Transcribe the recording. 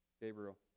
Gabriel